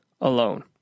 alone